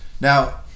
Now